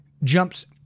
jumps